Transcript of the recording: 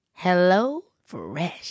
HelloFresh